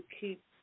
keep